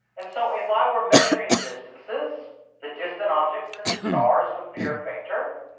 and so if i were measuring distances, the distant objects as stars would appear fainter,